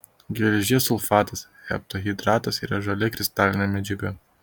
geležies sulfatas heptahidratas yra žalia kristalinė medžiaga